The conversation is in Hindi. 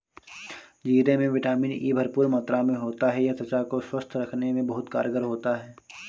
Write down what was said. जीरे में विटामिन ई भरपूर मात्रा में होता है यह त्वचा को स्वस्थ रखने में बहुत कारगर होता है